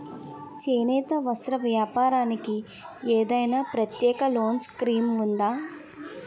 చేనేత వస్త్ర వ్యాపారానికి ఏదైనా ప్రత్యేక లోన్ స్కీం ఉందా?